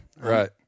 Right